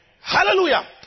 Hallelujah